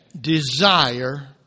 desire